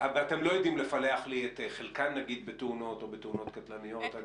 אתם לא יודעים לפלח לי את חלקן בתאונות או בתאונות קטלניות?